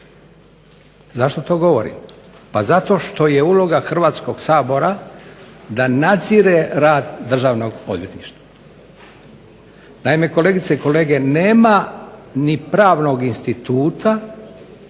Zašto to govorim? Pa zato što je uloga Hrvatskog sabora da nadzire rad državnog odvjetništva. Naime, kolegice i kolege, nema ni pravnog instituta